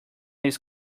his